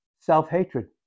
self-hatred